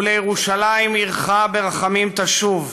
"ולירושלים עירך ברחמים תשוב",